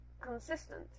consistent